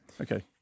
okay